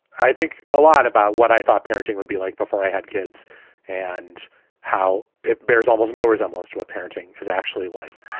i think a lot about what i thought parenting would be like before i had kids and how it bears almost no resemblance to what parenting is actually like.